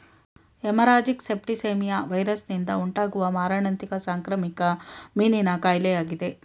haemorrhagic septicaemia ವೈರಸ್ನಿಂದ ಉಂಟಾಗುವ ಮಾರಣಾಂತಿಕ ಸಾಂಕ್ರಾಮಿಕ ಮೀನಿನ ಕಾಯಿಲೆಯಾಗಿದೆ